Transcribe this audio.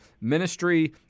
ministry